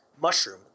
mushroom